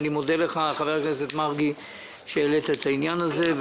אני מודה לך, חבר הכנסת מרגי שהעלית את העניין זה.